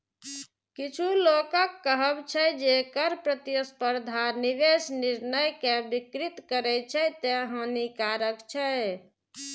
किछु लोकक कहब छै, जे कर प्रतिस्पर्धा निवेश निर्णय कें विकृत करै छै, तें हानिकारक छै